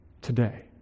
today